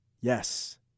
Yes